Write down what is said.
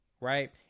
Right